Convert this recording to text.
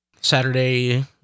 Saturday